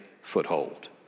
foothold